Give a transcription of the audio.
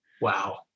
Wow